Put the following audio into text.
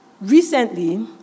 Recently